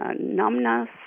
numbness